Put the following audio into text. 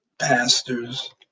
pastors